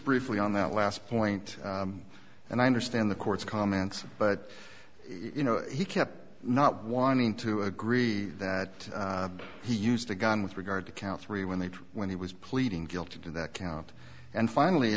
briefly on that last point and i understand the court's comments but you know he kept not wanting to agree that he used a gun with regard to count three when they when he was pleading guilty to that count and finally